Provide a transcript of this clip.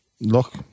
Look